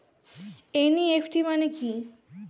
NEFT মানে কি?